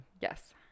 Yes